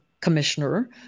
commissioner